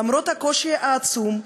למרות הקושי העצום,